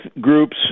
groups